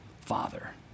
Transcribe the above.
father